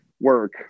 work